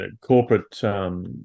corporate